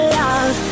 love